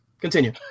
continue